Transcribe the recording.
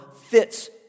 fits